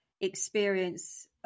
experience